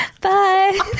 Bye